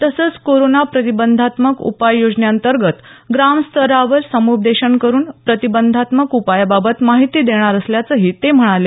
तसचं कोरोना प्रतिबंधात्मक उपाययोजनेंतर्गत ग्रामस्तरावर सम्पदेशन करुन प्रतिबंधात्मक उपायाबाबत माहिती देणार असल्याचंही ते म्हणाले